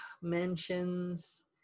mansions